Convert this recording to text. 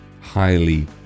highly